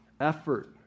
effort